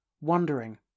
wondering